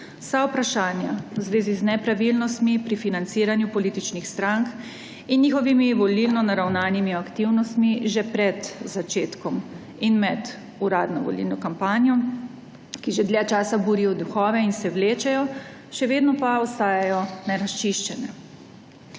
vsa vprašanja, v zvezi z nepravilnostmi pri financiranju političnih strank in njihovimi volilno naravnanimi aktivnostmi že pred začetkom in med uradno volilno kampanjo, ki že dlje časa burijo duhove in se vlečejo, še vedno pa ostajajo nerazčiščene.